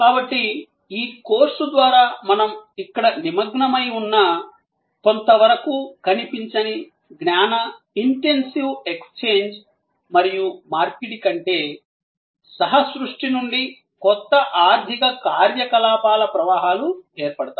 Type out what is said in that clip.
కాబట్టి ఈ కోర్సు ద్వారా మనం ఇక్కడ నిమగ్నమై ఉన్న కొంతవరకు కనిపించని జ్ఞాన ఇంటెన్సివ్ ఎక్స్ఛేంజ్ మరియు మార్పిడి కంటే సహ సృష్టి నుండి కొత్త ఆర్థిక కార్యకలాపాల ప్రవాహాలు ఏర్పడతాయి